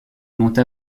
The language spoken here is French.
monte